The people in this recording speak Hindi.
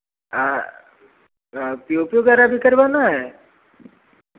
पी ओ पी वगैरह भी करवाना है